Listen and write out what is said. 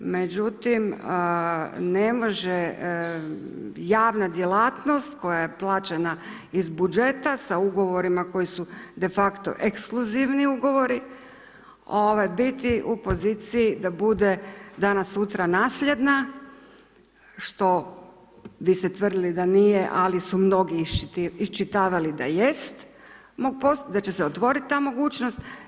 Međutim, ne može javna djelatnost koja je plaćena iz budžeta sa ugovorima koji su defakto ekskluzivni ugovori, ovaj, biti u poziciji da bude danas sutra naslijedna, što biste tvrdili da nije, ali su mnogi isčitavali da jest, da će se otvoriti ta mogućnost.